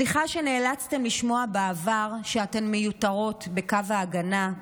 סליחה שנאלצתן לשמוע בעבר שאתן מיותרות בקו ההגנה,